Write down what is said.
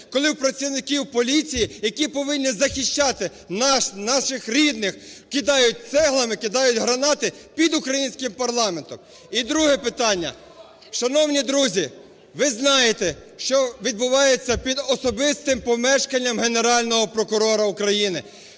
коли в працівників поліції, які повинні захищати нас, наших рідних, кидають цеглами, кидають гранати під українським парламентом. І друге питання. Шановні друзі, ви знаєте, що відбувається під особистим помешканням Генерального прокурора України.